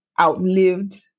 outlived